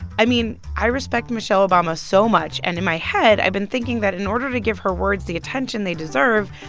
i mean, i respect michelle obama so much. and in my head, i've been thinking that in order to give her words the attention they deserve,